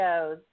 shows